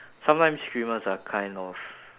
sometimes streamers are kind of